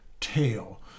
tail